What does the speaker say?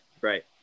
Right